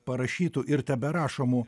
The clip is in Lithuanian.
parašytų ir teberašomų